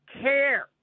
care